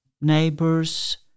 neighbors